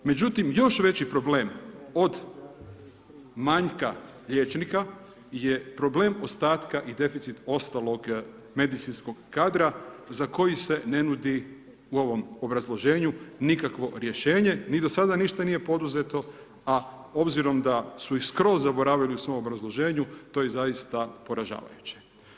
Međutim, još veći problem od manjka liječnika je problem ostatka i deficit ostalog medicinskog kadra za koji se ne nudi u ovom obrazloženju nikakvo rješenje, ni do sada ništa nije poduzeto a obzirom da su i skroz zaboravili u svom obrazloženju, to je zaista poražavajuće.